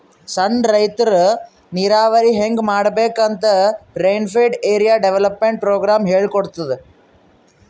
ಸಣ್ಣ್ ರೈತರ್ ನೀರಾವರಿ ಹೆಂಗ್ ಮಾಡ್ಬೇಕ್ ಅಂತ್ ರೇನ್ಫೆಡ್ ಏರಿಯಾ ಡೆವಲಪ್ಮೆಂಟ್ ಪ್ರೋಗ್ರಾಮ್ ಹೇಳ್ಕೊಡ್ತಾದ್